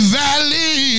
valley